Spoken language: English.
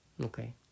Okay